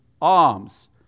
alms